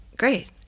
Great